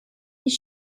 his